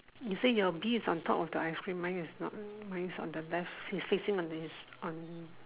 you say your bee is on top of the ice cream mine is not mine is on the left is facing on his on